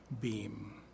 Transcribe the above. beam